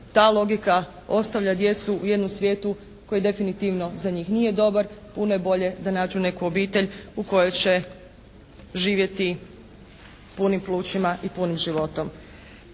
ta logika ostavlja djecu u jednom svijetu koji definitivno za njih nije dobar, puno je bolje da nađu neku obitelj u kojoj će živjeti punim plućima i punim životom.